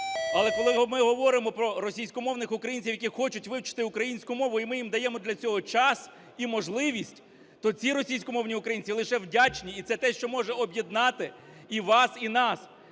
Але коли ми говоримо про російськомовних українців, які хочуть вивчити українську мову, і ми їм даємо для цього час і можливість, то ці російськомовні українці лише вдячні, і це те, що може об'єднати і вас, і нас.